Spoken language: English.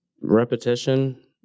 repetition